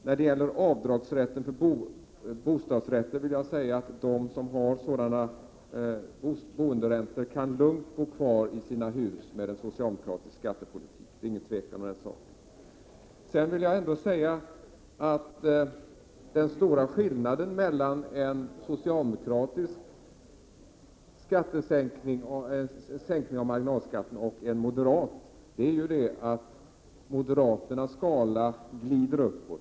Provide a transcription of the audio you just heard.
När det gäller avdragsrätten för bostadsräntor vill jag säga att de som har sådana kostnader med en socialdemokratisk skattepolitik lugnt kan bo kvar i sina hus. Det är inget tvivel om den saken. Den stora skillnaden mellan en socialdemokratisk sänkning av marginalskatterna och en moderat sänkning är ju att moderaternas skala glider uppåt.